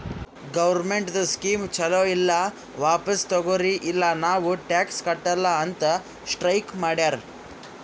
ಗೌರ್ಮೆಂಟ್ದು ಸ್ಕೀಮ್ ಛಲೋ ಇಲ್ಲ ವಾಪಿಸ್ ತಗೊರಿ ಇಲ್ಲ ನಾವ್ ಟ್ಯಾಕ್ಸ್ ಕಟ್ಟಲ ಅಂತ್ ಸ್ಟ್ರೀಕ್ ಮಾಡ್ಯಾರ್